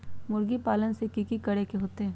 मुर्गी पालन ले कि करे के होतै?